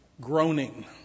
groaning